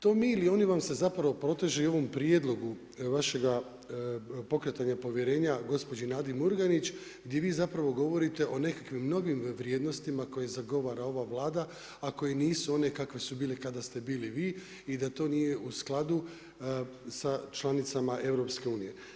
To mi ili oni vam se zapravo proteže i u ovom prijedlogu vašega pokretanja povjerenja gospođi Nadi Murganić gdje vi zapravo govorite o nekakvim novim vrijednostima koje zagovara ova Vlada, a koje nisu one kakve su bile kada ste bili vi i da to nije u skladu sa članicama Europske unije.